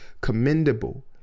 commendable